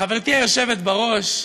חברתי היושבת בראש,